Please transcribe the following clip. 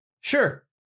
Sure